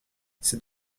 c’est